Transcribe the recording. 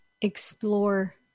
explore